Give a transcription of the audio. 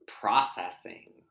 processing